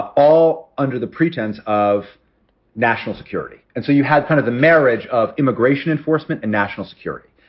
all under the pretense of national security. and so you had kind of the marriage of immigration enforcement and national security.